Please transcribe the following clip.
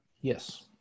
Yes